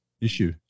issue